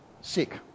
sick